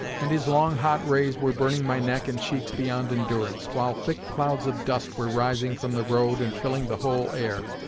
and his long, hot rays were burning my neck and cheeks beyond endurance, while thick clouds of dust were rising from the road and filling the whole air.